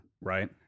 Right